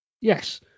Yes